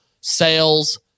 sales